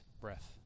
breath